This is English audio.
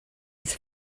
its